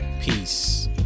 Peace